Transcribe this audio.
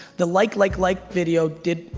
the like like like video did,